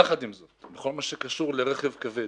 יחד עם זאת, בכל הקשור לרכב כבד